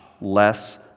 less